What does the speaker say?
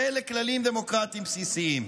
ואלה כללים דמוקרטיים בסיסיים,